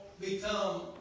become